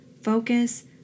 focus